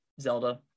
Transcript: Zelda